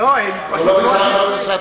אני מוכן להיות שר בהרבה תיקים,